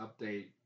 update